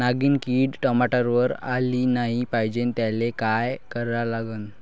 नागिन किड टमाट्यावर आली नाही पाहिजे त्याले काय करा लागन?